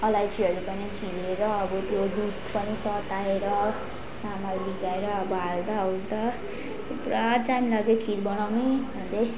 अलैँचीहरू पनि छिलेर अब त्यो दुध पनि तताएर चामल भिजाएर अब हाल्दा ओर्दा पुरा टाइम लाग्यो खिर बनाउनै झन्डै